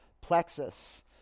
plexus